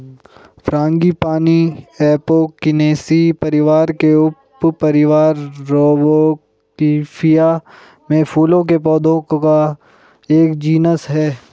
frangipani Apocynaceae परिवार के उपपरिवार रौवोल्फिया में फूलों के पौधों का एक जीनस है